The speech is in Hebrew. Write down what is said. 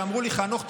שאמרו לי: חנוך,